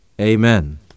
Amen